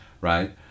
right